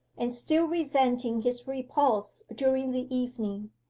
and still resenting his repulse during the evening,